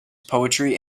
poetry